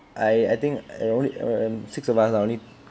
I I think I only um err six of us lah only